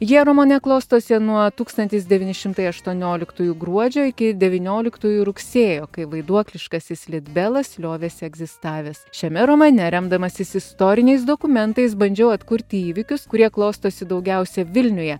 jie romane klostosi nuo tūkstantis devyni šimtai aštuonioliktųjų gruodžio iki devynioliktųjų rugsėjo kai vaiduokliškasis litbelas liovėsi egzistavęs šiame romane remdamasis istoriniais dokumentais bandžiau atkurti įvykius kurie klostosi daugiausia vilniuje